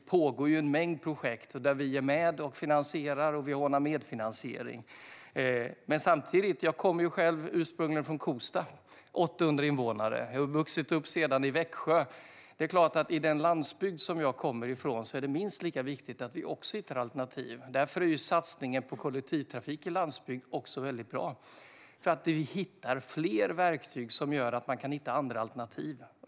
Det pågår en mängd projekt där vi är med och finansierar och ordnar medfinansiering. Jag kommer själv ursprungligen från Kosta med 800 invånare. Jag har sedan vuxit upp i Växjö. I den landsbygd som jag kommer ifrån är det minst lika viktigt att vi hittar alternativ. Därför är satsningen på kollektivtrafik i landsbygd också väldigt bra, för man hittar fler verktyg som gör att man kan hitta andra alternativ.